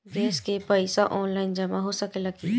Gas के पइसा online जमा हो सकेला की?